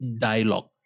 dialogue